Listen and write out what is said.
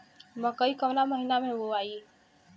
मकई कवना महीना मे बोआइ?